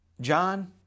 John